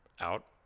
out